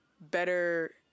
better